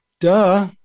Duh